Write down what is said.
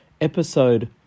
episode